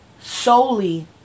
solely